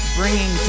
bringing